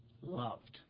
loved